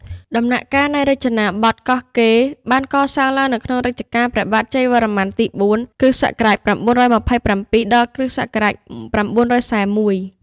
ដំណាក់កាលនៃរចនាបថកោះកេរ បានកសាងឡើងនៅក្នុងរជ្ជកាលព្រះបាទជ័យវរ្ម័នទី៤ (គ.ស. ៩២៧ ដល់ គ.ស.៩៤១)។